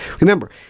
Remember